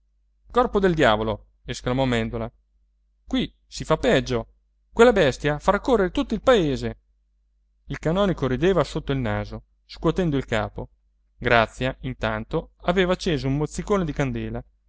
grazia corpo del diavolo esclamò mèndola qui si fa peggio quella bestia farà correre tutto il paese il canonico rideva sotto il naso scuotendo il capo grazia intanto aveva acceso un mozzicone di candela